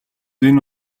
энэ